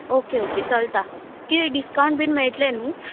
okay okay चलता किदें discount बीन मेळटलें न्हू